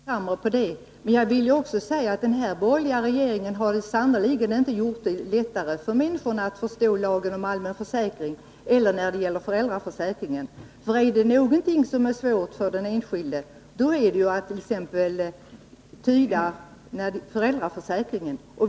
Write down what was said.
Herr talman! Jag kan mycket väl hålla med herr Carlshamre om det, men den borgerliga regeringen har sannerligen inte gjort det lättare för människorna att förstå lagen om allmän försäkring eller föräldraförsäkringen. Är det något som är svårt för den enskilde så är det att t.ex. tyda föräldraförsäkringens bestämmelser.